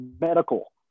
medical